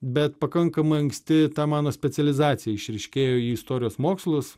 bet pakankamai anksti ta mano specializacija išryškėjo į istorijos mokslus